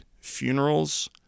funerals